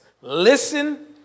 listen